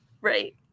Right